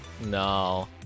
No